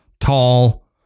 tall